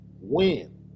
win